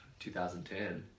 2010